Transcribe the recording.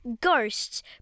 ghosts